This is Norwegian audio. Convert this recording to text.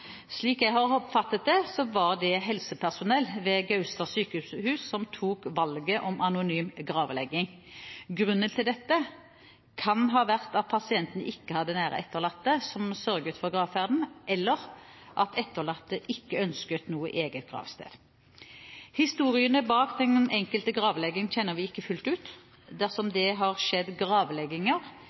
Slik jeg har oppfattet det, var det helsepersonell ved Gaustad sykehus som tok valget om anonym gravlegging. Grunnen til dette kan ha vært at pasientene ikke hadde nære etterlatte som sørget for gravferden, eller at etterlatte ikke ønsket noe eget gravsted. Historiene bak den enkelte gravlegging kjenner vi ikke fullt ut. Dersom det har skjedd gravlegginger